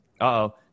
Uh-oh